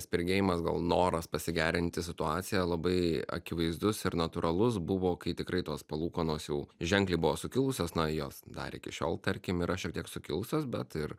spirgėjimas gal noras pasigerinti situaciją labai akivaizdus ir natūralus buvo kai tikrai tos palūkanos jau ženkliai buvo sukilusios na jos dar iki šiol tarkim yra šiek tiek sukilusios bet ir